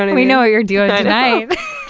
and we know what you're doing tonight!